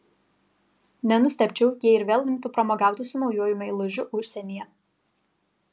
nenustebčiau jei ir vėl imtų pramogauti su naujuoju meilužiu užsienyje